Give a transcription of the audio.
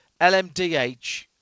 LMDH